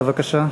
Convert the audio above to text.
בבקשה.